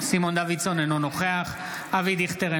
אינו נוכח אבי דיכטר,